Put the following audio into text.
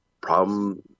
problem